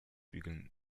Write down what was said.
bügeln